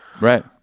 right